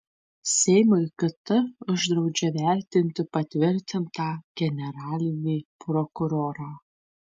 seimui kt uždraudžia vertinti patvirtintą generalinį prokurorą